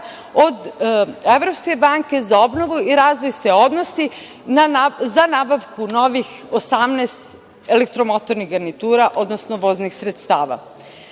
od Evropske banke za obnovu i razvoj se odnosi za nabavku novih 18 elektromotornih garnitura, odnosno voznih sredstava. Poslednja